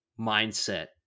mindset